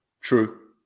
True